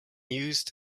used